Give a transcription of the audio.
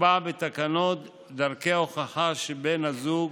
יקבע בתקנות דרכי הוכחה שבן הזוג